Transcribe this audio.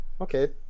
okay